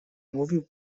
mówił